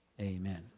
amen